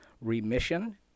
remission